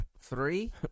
Three